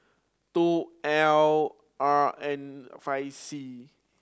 two L R N five C